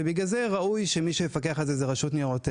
ולכן ראוי שמי שיפקח על זה תהיה רשות ניירות ערך.